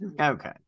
okay